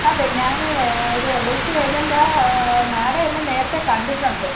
അതെ ഞാൻ ഒരു എൽ ഐ സി ഏജന്റാ മാഡം എന്നെ നേരത്തെ കണ്ടിട്ടുണ്ട്